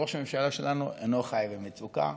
ראש הממשלה שלנו אינו חי במצוקה,